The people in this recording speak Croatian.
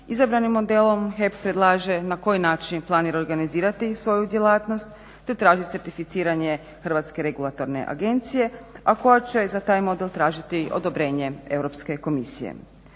Izabranim modelom HEP predlaže na koji način planira organizirati svoju djelatnost te traži certificiranje HERA-e a koja će za taj model tražiti odobrenje Europske komisije.